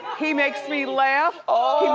he makes me laugh.